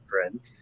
friends